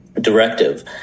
directive